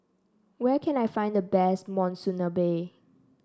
where can I find the best Monsunabe